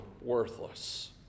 worthless